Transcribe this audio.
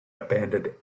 abandoned